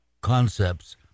concepts